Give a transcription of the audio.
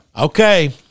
Okay